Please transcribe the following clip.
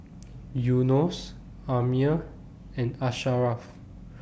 Yunos Ammir and Asharaff